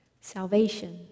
salvation